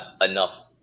enough